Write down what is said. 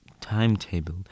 timetable